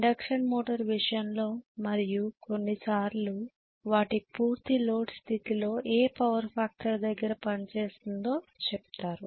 induction motor విషయంలో మరియు కొన్ని సార్లు వాటి పూర్తి లోడ్ స్థితిలో ఏ పవర్ ఫ్యాక్టర్ దగ్గర పని చేస్తుందో చెప్తారు